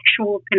actual